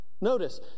Notice